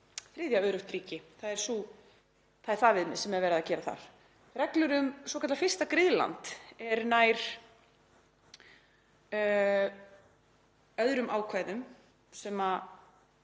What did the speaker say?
þriðja öruggt ríki. Það er það viðmið sem er verið að gera þar. Reglur um svokallað fyrsta griðland eru nær öðrum ákvæðum sem ég